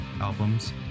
albums